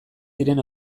ziren